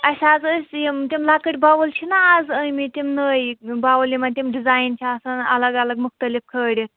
اَسہِ حظ ٲسۍ یِم تِم لۄکٕٹۍ بوٕلۍ چھِ نا اَز آمِتۍ تِم نٔوۍ بوٕلۍ یِمن تِم ڈِزایِن چھِ آسان الگ الگ مُختلِف کھٲلِتھ